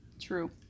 True